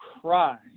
cry